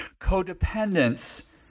Codependence